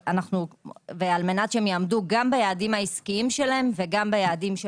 על מנת שיעמדו גם ביעדים העסקיים שלהם וגם ביעדים של